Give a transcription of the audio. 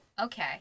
Okay